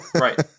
right